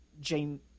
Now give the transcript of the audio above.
jane